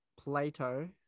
Plato